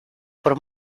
por